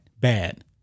Bad